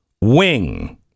wing